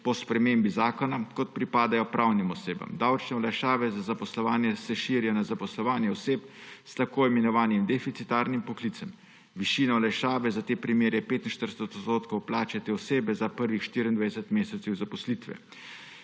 po spremembi zakona kot pripadajo pravnim osebam; davčne olajšave za zaposlovanje se širijo na zaposlovanje oseb s tako imenovanim deficitarnim poklicem. Višina olajšave za te primere je 45 odstotkov plače te osebe za prvih 24 mesecev zaposlitve.